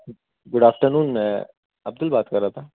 good afternoon میں عبدل بات کر رہا تھا